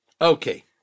Okay